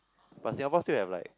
but Singapore still have like